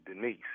Denise